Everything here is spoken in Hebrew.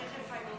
תכף, אני